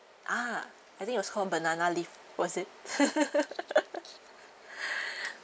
ah I think it was called banana leaf was it